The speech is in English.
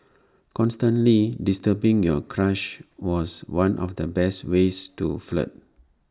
constantly disturbing your crush was one of the best ways to flirt